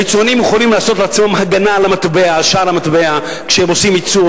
היצואנים יכולים לעשות לעצמם הגנה על שער המטבע כשהם עושים ייצוא,